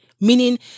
meaning